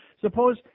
Suppose